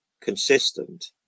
consistent